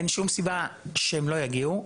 אין שום סיבה שהן לא יגיעו.